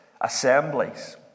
assemblies